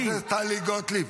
--- חברת הכנסת טלי גוטליב,